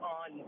on